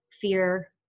fear